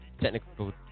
Technical